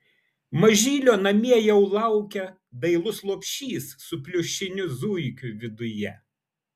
mažylio namie jau laukia dailus lopšys su pliušiniu zuikiu viduje